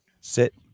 Sit